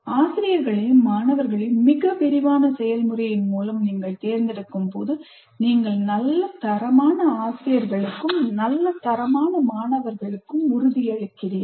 ஆசிரியர்களையும் மாணவர்களையும் மிக விரிவான செயல்முறையின் மூலம் நீங்கள் தேர்ந்தெடுக்கும்போது நீங்கள் நல்ல தரமான ஆசிரியர்களுக்கும் நல்ல தரமான மாணவர்களுக்கும் உறுதியளிக்கிறீர்கள்